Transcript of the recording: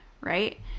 right